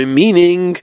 meaning